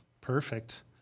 perfect